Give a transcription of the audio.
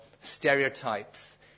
stereotypes